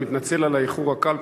אני מתנצל על האיחור הקל,